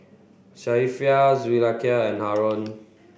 Safiya Zulaikha and Haron